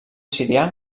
sirià